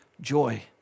joy